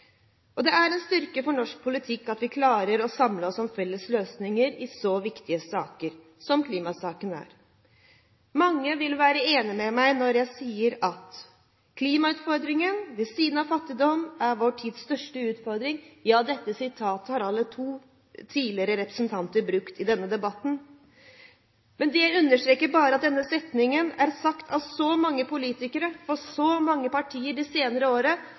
spillet. Det er en styrke for norsk politikk at vi klarer å samle oss om felles løsninger i en så viktig sak som klimasaken. Mange vil være enig med meg når jeg sier at klimautfordringen, ved siden av fattigdom, er vår tids største utfordring. Ja, dette sitatet har allerede to representanter brukt tidligere i denne debatten. Det understreker bare at denne setningen er sagt av så mange politikere fra så mange partier de senere